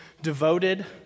devoted